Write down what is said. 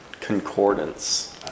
concordance